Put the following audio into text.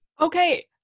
Okay